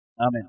Amen